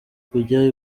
kujya